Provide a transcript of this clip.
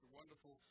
wonderful